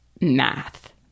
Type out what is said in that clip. math